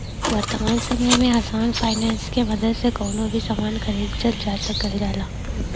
वर्तमान समय में आसान फाइनेंस के मदद से कउनो भी सामान खरीदल जा सकल जाला